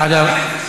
מינימום.